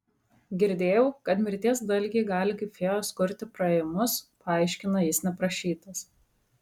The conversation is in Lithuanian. girdėjau kad mirties dalgiai gali kaip fėjos kurti praėjimus paaiškina jis neprašytas